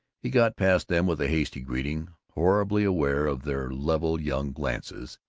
he got past them with a hasty greeting, horribly aware of their level young glances,